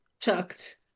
Chucked